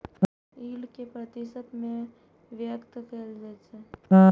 yield कें प्रतिशत मे व्यक्त कैल जाइ छै